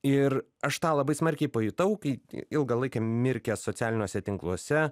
ir aš tą labai smarkiai pajutau kai ilgą laiką mirkęs socialiniuose tinkluose